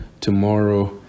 tomorrow